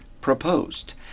proposed